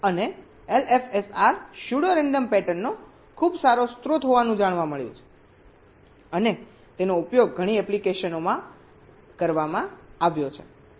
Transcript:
અને LFSR pseudo random પેટર્નનો ખૂબ સારો સ્રોત હોવાનું જાણવા મળ્યું છે અને તેનો ઉપયોગ ઘણી એપ્લિકેશનોમાં કરવામાં આવ્યો છે